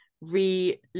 re